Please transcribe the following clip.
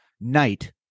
night